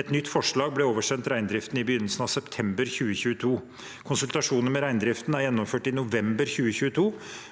Et nytt forslag ble oversendt reindriften i begynnelsen av september 2022. Konsultasjoner med reindriften er gjennomført i november 2022,